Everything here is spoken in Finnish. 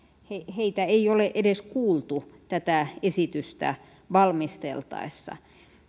heitä ei ole edes kuultu tätä esitystä valmisteltaessa